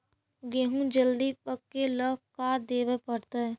गेहूं जल्दी पके ल का देबे पड़तै?